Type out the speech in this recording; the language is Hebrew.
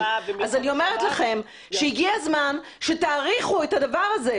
אז אני אומרת לכם שהגיע הזמן שתאריכו את הדבר הזה,